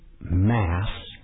mass